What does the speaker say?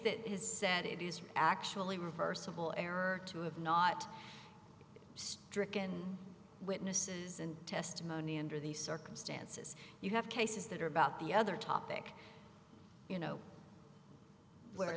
that has said it is actually reversible error to have not stricken witnesses and testimony under these circumstances you have cases that are about the other topic you know where